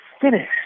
finish